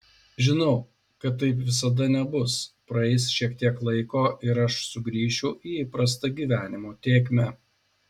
žinau kad taip visad nebus praeis šiek tiek laiko ir aš sugrįšiu į įprastą gyvenimo tėkmę